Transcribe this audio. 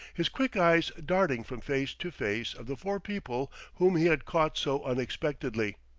his quick eyes darting from face to face of the four people whom he had caught so unexpectedly.